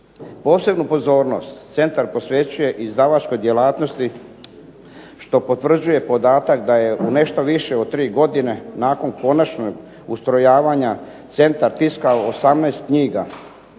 Posebnu pozornost centar posvećuje izdavačkoj djelatnosti što potvrđuje podatak da je u nešto više od tri godine nakon konačnog ustrojavanja centar tiskao 18 knjiga.